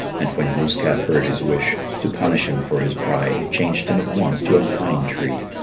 and when glooskap heard his wish, to punish him for his pride he changed him at once to a pine tree.